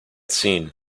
seen